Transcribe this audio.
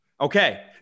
Okay